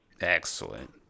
Excellent